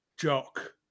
jock